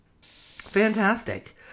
fantastic